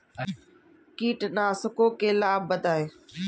कीटनाशकों के लाभ बताएँ?